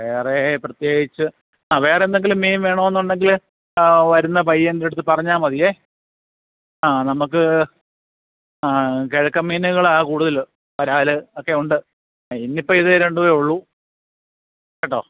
വേറേ പ്രത്യേകിച്ചു ആ വേറെ എന്തെങ്കിലും മീൻ വേണമെന്നുണ്ടെങ്കിൽ വരുന്ന പയ്യൻ്റെ അടുത്ത് പറഞ്ഞാൽ മതിയേ ആ നമുക്ക് കിഴക്കൻ മീനുകളാണ് കൂടുതൽ വരാൽ ഒക്കെയുണ്ട് ആ ഇന്നിപ്പം ഇത് രണ്ടേ ഉള്ളു കേട്ടോ